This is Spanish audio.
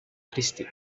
christi